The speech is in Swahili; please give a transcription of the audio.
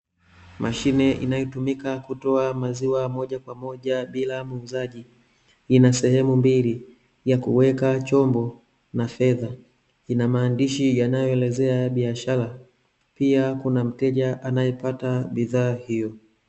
Mashine inayotumika kutoa maziwa moja kwa moja bila muuzaji, ina sehemu mbili, ya kuweka chombo na fedha, ina maandishi yanayoelezea biashara, pia kuna mteja anayepata bidhaa hio.